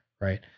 Right